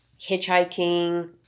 hitchhiking